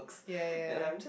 ya ya